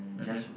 mmhmm